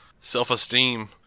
self-esteem